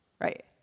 right